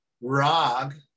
rag